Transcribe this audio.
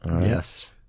Yes